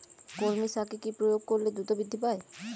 কলমি শাকে কি প্রয়োগ করলে দ্রুত বৃদ্ধি পায়?